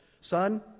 Son